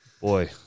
boy